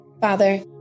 Father